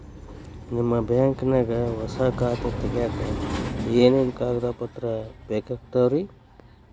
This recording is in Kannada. ನಿಮ್ಮ ಬ್ಯಾಂಕ್ ನ್ಯಾಗ್ ಹೊಸಾ ಖಾತೆ ತಗ್ಯಾಕ್ ಏನೇನು ಕಾಗದ ಪತ್ರ ಬೇಕಾಗ್ತಾವ್ರಿ?